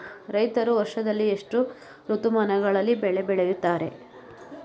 ರೈತರು ವರ್ಷದಲ್ಲಿ ಎಷ್ಟು ಋತುಮಾನಗಳಲ್ಲಿ ಬೆಳೆ ಬೆಳೆಯುತ್ತಾರೆ?